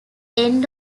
end